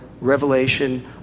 revelation